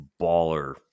baller